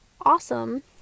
awesome